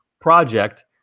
project